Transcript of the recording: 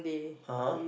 ah [huh]